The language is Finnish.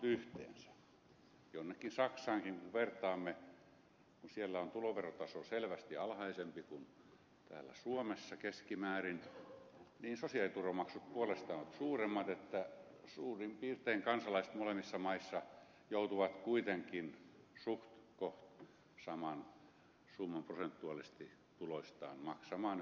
jonnekin saksaankin kun vertaamme niin siellä on tuloverotaso selvästi alhaisempi kuin täällä suomessa keskimäärin mutta sosiaaliturvamaksut puolestaan ovat suuremmat joten suurin piirtein kansalaiset molemmissa maissa joutuvat kuitenkin suhtkoht saman summan prosentuaalisesti tuloistaan maksamaan yhteiskunnalle